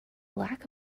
lack